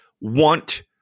want